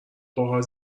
باهات